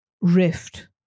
rift